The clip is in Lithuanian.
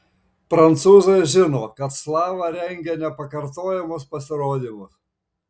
prancūzai žino kad slava rengia nepakartojamus pasirodymus